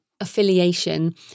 affiliation